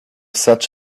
such